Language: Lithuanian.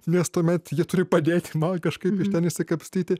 nes tuomet ji turi padėti žmogui kažkaip iš ten išsikapstyti